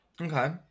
okay